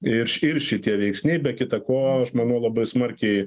ir ir šitie veiksniai be kita ko aš manau labai smarkiai